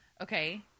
Okay